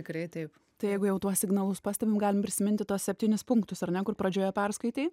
tikrai taip tai jeigu jau tuos signalus pastebim galim prisiminti tuos septynis punktus ar ne kur pradžioje perskaitei